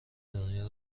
دنیا